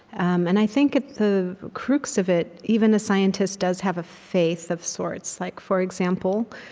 and i think, at the crux of it, even a scientist does have a faith, of sorts like for example,